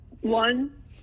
one